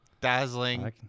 Dazzling